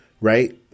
right